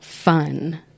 Fun